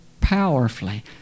powerfully